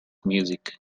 music